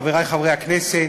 חברי חברי הכנסת,